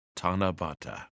tanabata